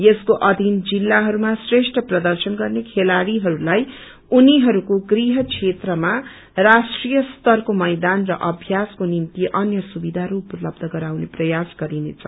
यसको अधिन जिल्लाहरूमा श्रेष्ठ प्रर्यशन गर्ने खेलाड़ीहरूलाई उनिहरूको गृह क्षेत्रमा राष्ट्रीयस्तरको मैयन र अभ्यासको निम्ति अन्य सुवियाहरू उपलब्ध गराउने प्रयास गरिनेछ